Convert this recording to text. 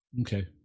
Okay